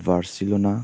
Barcelona